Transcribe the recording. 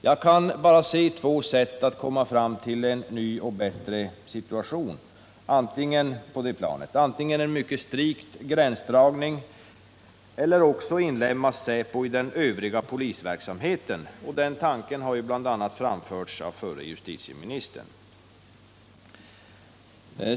Jag kan bara se två sätt att komma fram till en ny och bättre situation på det planet: antingen en mycket strikt gränsdragning eller också att inlemma säpo i den övriga polisverksamheten. Den tanken har bl.a. framförts av förre justitieministern.